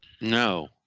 No